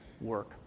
work